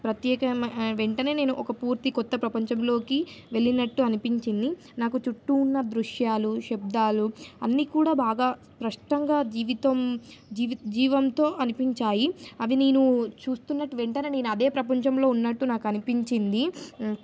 ప్రత్యేక వెంటనే నేను ఒక పూర్తి కొత్త ప్రపంచంలోకి వెళ్ళినట్టు అనిపించింది నాకు చుట్టూ ఉన్న దృశ్యాలు శబ్దాలు అన్నీ కూడా బాగా స్పష్టంగా జీవితం జీవి జీవంతో అనిపించాయి అవి నేను చూస్తున్నట్టు వెంటనే నేను అదే ప్రపంచంలో ఉన్నట్టు నాకు అనిపించింది